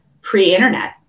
pre-internet